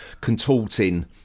contorting